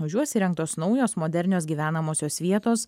už juos įrengtos naujos modernios gyvenamosios vietos